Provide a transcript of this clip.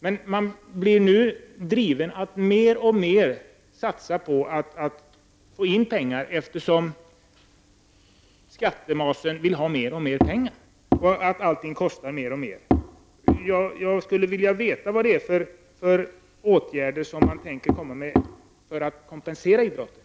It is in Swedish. Men nu drivs dessa människor till att mer och mer satsa sina krafter på att samla in pengar till verksamheten, eftersom skattemasen vill ha mer och mer och allting blir dyrare och dyrare. Jag skulle vilja veta vad det är för åtgärder Erik Åsbrink tänker föreslå för att kompensera idrotten.